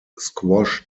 squash